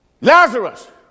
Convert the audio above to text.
Lazarus